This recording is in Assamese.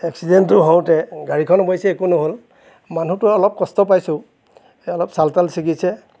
এক্সিডেন্টটো হওতে গাড়ীখন অৱশ্যে একো নহ'ল মানুহটোৱে অলপ কষ্ট পাইছোঁ এই অলপ ছাল তাল চিগিছে